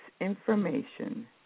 information